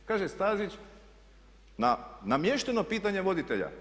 Kaže Stazić, namješteno pitanje voditelja.